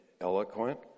eloquent